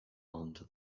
onto